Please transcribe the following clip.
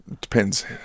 Depends